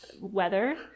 weather